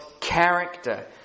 character